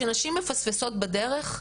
שנשים מפספסות בדרך,